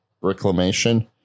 reclamation